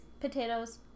potatoes